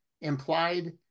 implied